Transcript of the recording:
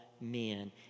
men